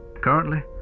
Currently